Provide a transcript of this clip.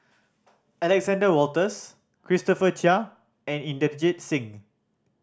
Alexander Wolters Christopher Chia and Inderjit Singh